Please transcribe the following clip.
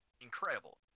incredible